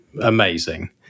amazing